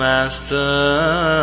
Master